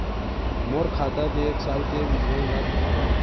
मोर खाता के एक साल के विवरण ल दिखाव?